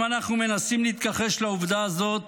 אם אנחנו מנסים להתכחש לעובדה הזאת,